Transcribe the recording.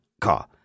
car